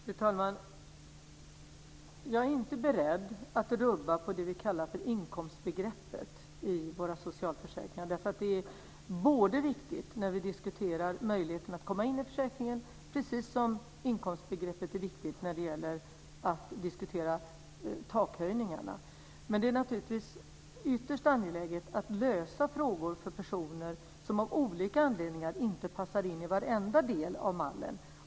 Fru talman! Jag är inte beredd att rubba på det som vi kallar för inkomstbegreppet i våra socialförsäkringar. Inkomstbegreppet är viktigt både när vi diskuterar möjligheten att komma in i försäkringen och när vi diskuterar takhöjningarna. Men det är naturligtvis ytterst angeläget att lösa olika frågor för personer som av olika anledningar inte passar in i varenda del av mallen.